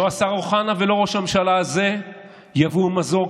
לא השר אוחנה ולא ראש הממשלה הזה יביאו מזור,